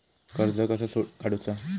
कर्ज कसा काडूचा?